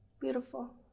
Beautiful